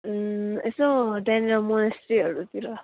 यसो त्यहाँनिर मोनास्ट्रीहरूतिर